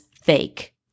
fake